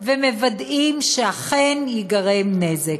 ומוודאים שאכן ייגרם נזק.